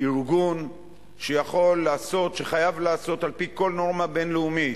ארגון שחייב לעשות על-פי כל נורמה בין-לאומית,